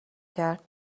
کرد